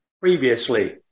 previously